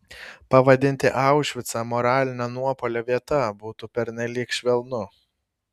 pavadinti aušvicą moralinio nuopuolio vieta būtų pernelyg švelnu